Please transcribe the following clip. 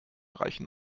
reichen